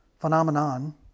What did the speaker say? phenomenon